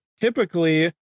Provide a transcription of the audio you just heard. typically